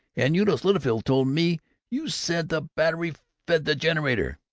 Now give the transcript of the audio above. and eunice littlefield told me you said the battery fed the generator!